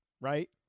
right